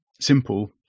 simple